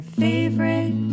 favorite